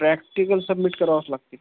practical submit करावाच लागते